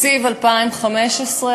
תקציב 2015,